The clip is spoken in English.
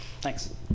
thanks